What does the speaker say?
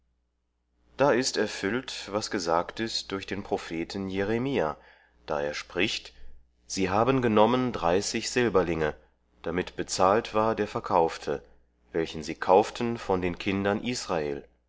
da ist erfüllt was gesagt ist durch den propheten jeremia da er spricht sie haben genommen dreißig silberlinge damit bezahlt war der verkaufte welchen sie kauften von den kindern israel